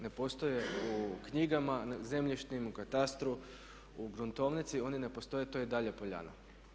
Ne postoje u knjigama zemljišnim, u katastru, u gruntovnici oni ne postoje to je i dalje poljana.